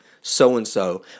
so-and-so